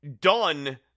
done